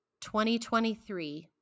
2023